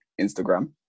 Instagram